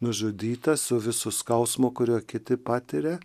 nužudytas su visu skausmu kurio kiti patiria